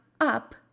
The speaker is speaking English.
up